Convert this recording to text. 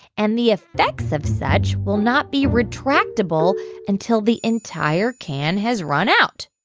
and the effects of such will not be retractable until the entire can has run out.